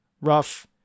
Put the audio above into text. rough